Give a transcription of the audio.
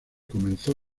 comenzó